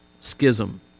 schism